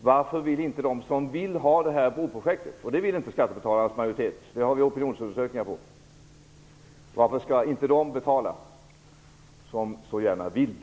Det finns opiononsundersökningar som visar att majoriteten av skattebetalarna inte vill ha detta broprojekt. Varför skall inte de som vill ha det betala?